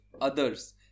others